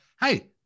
hey